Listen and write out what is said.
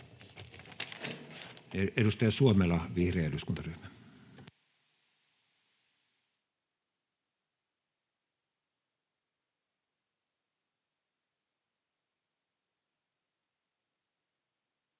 Edustaja Suomela, vihreä eduskuntaryhmä.